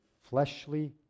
fleshly